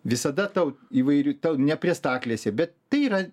visada tau įvairių tau ne prie staklėse bet tai yra